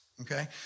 okay